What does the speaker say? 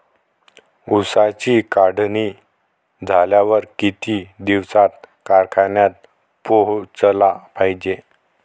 ऊसाची काढणी झाल्यावर किती दिवसात कारखान्यात पोहोचला पायजे?